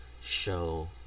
show